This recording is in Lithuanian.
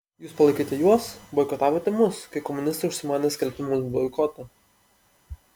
jūs palaikėte juos boikotavote mus kai komunistai užsimanė skelbti mums boikotą